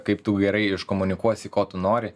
kaip tu gerai iškomunikuosi ko tu nori